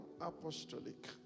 apostolic